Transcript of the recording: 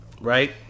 Right